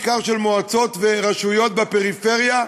בעיקר של מועצות ורשויות בפריפריה,